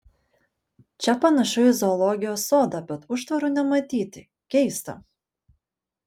čia panašu į zoologijos sodą bet užtvarų nematyti keista